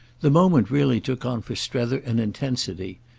the moment really took on for strether an intensity.